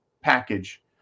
package